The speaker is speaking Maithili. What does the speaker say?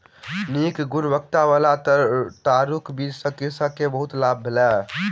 नीक गुणवत्ताबला तूरक बीज सॅ कृषक के बहुत लाभ भेल